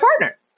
partner